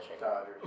Dodgers